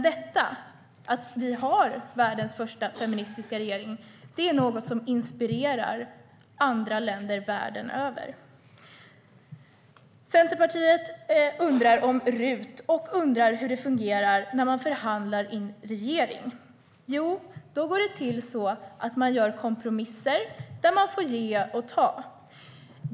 Att vi nu har världens första feministiska regering inspirerar andra länder världen över. Centerpartiet undrar om RUT och hur det fungerar när man förhandlar i en regering. Jo, det går till så att man gör kompromisser där man får ge och ta.